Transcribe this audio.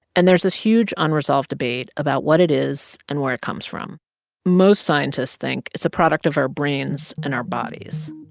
and there's this huge, unresolved debate about what it is and where it comes from most scientists think it's a product of our brains and our bodies.